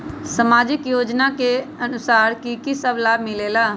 समाजिक योजनानुसार कि कि सब लाब मिलीला?